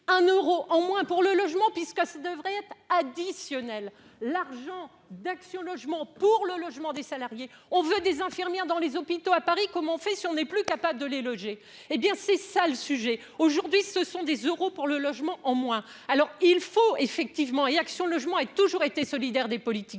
un euros en moins pour le logement, puisque ce devrait être additionnel l'argent d'Action logement pour le logement des salariés, on veut des infirmières dans les hôpitaux à Paris comme en fait si on n'est plus capable de les loger, hé bien c'est ça le sujet aujourd'hui, ce sont des euros pour le logement en moins, alors il faut effectivement et Action logement est toujours été solidaire des politiques